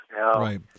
Right